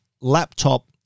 laptop